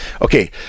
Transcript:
Okay